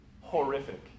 horrific